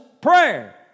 prayer